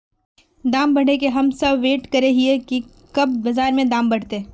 दाम बढ़े के हम सब वैट करे हिये की कब बाजार में दाम बढ़ते?